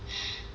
okay